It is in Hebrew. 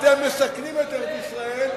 אתם מסכנים את ארץ-ישראל,